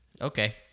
okay